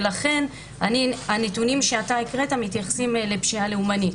ולכן הנתונים שאתה הקראת מתייחסים לפשיעה לאומנית,